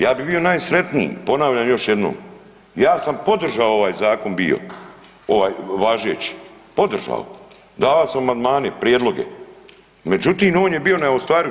Ja bi bio najsretniji, ponavljam još jednom, ja sam podržao ovaj zakon bio, ovaj važeći, podržao, davao sam amandmane, prijedloge, međutim on je bio neostvariv.